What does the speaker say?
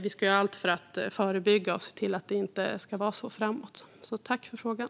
Vi ska göra allt för att förebygga det och se till att det inte ska vara så framåt. Tack för frågan!